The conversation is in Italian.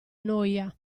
noia